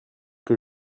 que